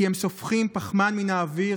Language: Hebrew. כי הם סופחים פחמן מן האוויר,